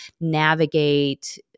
navigate